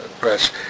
press